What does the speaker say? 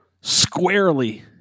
squarely